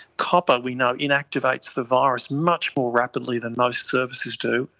copper we know inactivates the virus much more rapidly than most surfaces do,